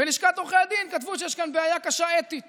ולשכת עורכי הדין כתבו שיש כאן בעיה אתית קשה.